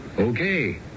Okay